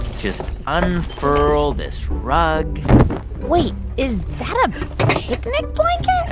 just unfurl this rug wait. is that a picnic blanket?